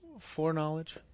foreknowledge